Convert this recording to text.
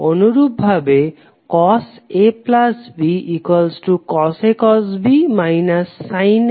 অনুরূপভাবে cosAB cos A cos B sin A sin B